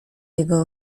jego